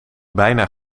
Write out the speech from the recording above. bijna